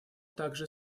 также